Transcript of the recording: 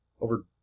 over